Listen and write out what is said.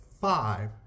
five